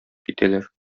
китәләр